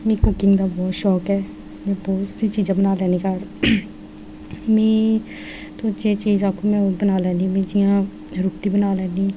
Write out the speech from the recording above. मीं कुकिंग दा बहुत शौक ऐ में बहुत स्हेई चीजां बनाई लैन्नी घर मीं तुस जो चीज़ आक्खो ओह् बनाई लैन्नी